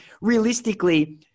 realistically